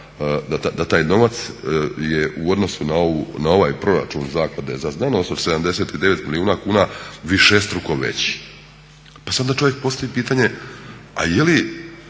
da taj novac je u odnosu na ovaj proračun Hrvatske zaklade za znanost od 79 milijuna kuna višestruko veći. Pa si onda čovjek postavi pitanje jesu li